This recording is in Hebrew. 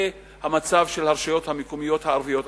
המצב של הרשויות המקומיות הערביות,